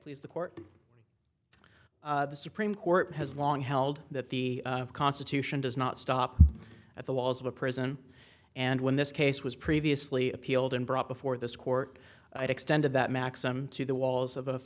please the court the supreme court has long held that the constitution does not stop at the walls of a prison and when this case was previously appealed and brought before this court i extended that maxim to the walls of